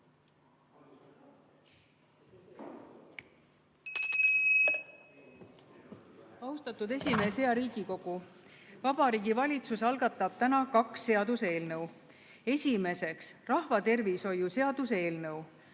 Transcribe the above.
Austatud esimees! Hea Riigikogu! Vabariigi Valitsus algatab täna kaks seaduseelnõu. Esimeseks, rahvatervishoiu seaduse eelnõu.